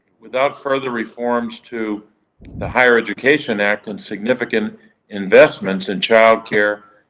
without further reforms to the higher education act and significant investments in childcare,